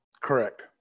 correct